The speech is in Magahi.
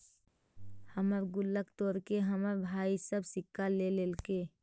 हमर गुल्लक तोड़के हमर भाई सब सिक्का ले लेलके